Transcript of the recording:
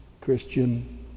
Christian